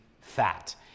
fat